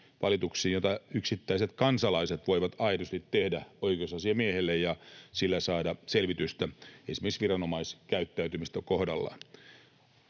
valituksiin, joita yksittäiset kansalaiset voivat aidosti tehdä oikeusasiamiehelle ja sillä saada selvitystä esimerkiksi viranomaisen käyttäytymisen kohdalla.